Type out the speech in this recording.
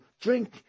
drink